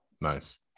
nice